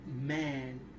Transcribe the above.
man